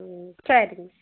ம் சரிங்கண்ணா